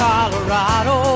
Colorado